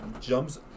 jumps